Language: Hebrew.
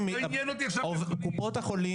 לא עניין אותי עכשיו בית חולים.